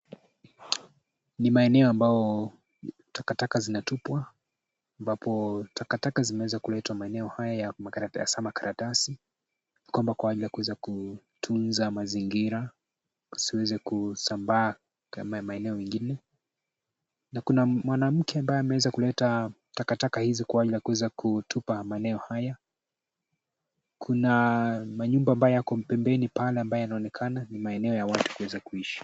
Ni maeneo ambao takataka zinatupwa ambapo takataka zimeweza kuletwa maeneo haya ya makaratasi kwamba kwa ajili ya kuweza kutunza mazingira usiweze kusambaa kama maeneo mengine na kuna mwanamke ambaye ameweza kuleta takataka hizi kwa ajili ya kuweza kutupa maeneo haya. Kuna manyumba ambayo yako pembeni pale ambayo yanaonekana ni maeneo ya watu kuweza kuishi.